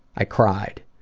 i cried.